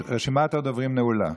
רשימת הדוברים נעולה.